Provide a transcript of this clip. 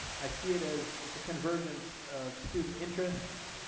i see it as it's a convergence of student interest,